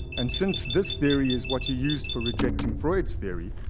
and since this theory is what he used for rejecting freud's theory,